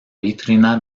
vitrina